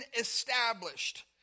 established